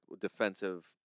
defensive